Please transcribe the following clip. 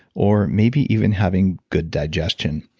or maybe even having good digestion.